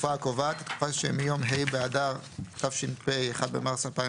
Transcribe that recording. "התקופה הקובעת" התקופה שמיום ה' באדר התש"ף (1 במרס 2020)